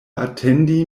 atendi